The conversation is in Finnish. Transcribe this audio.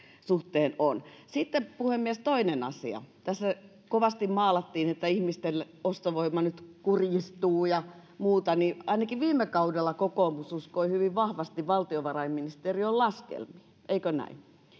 suhteen on sitten puhemies toinen asia kun tässä kovasti maalattiin että ihmisten ostovoima nyt kurjistuu ja muuta niin ainakin viime kaudella kokoomus uskoi hyvin vahvasti valtiovarainministeriön laskelmiin eikö näin